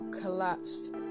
collapsed